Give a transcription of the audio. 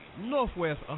Northwest